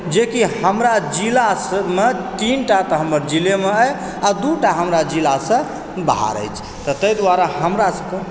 जेकि हमरा जिलासँ मे तीनटा तऽ हमर जिलेमे अछि आ दू टा हमरा जिलासंँ बाहर अछि तऽ तहि दुआरे हमरा सबके